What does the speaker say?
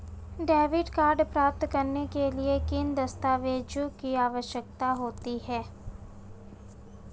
Debit card प्राप्त करने के लिए किन दस्तावेज़ों की आवश्यकता होती है?